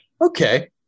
okay